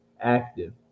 active